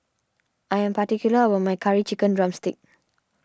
I am particular about my Curry Chicken Drumstick